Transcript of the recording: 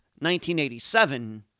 1987